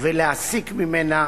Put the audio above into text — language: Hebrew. ולהסיק ממנה